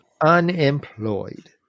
Unemployed